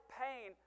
pain